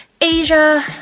asia